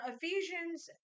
Ephesians